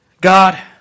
God